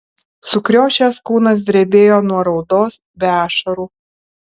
sukriošęs kūnas drebėjo nuo raudos be ašarų